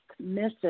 misses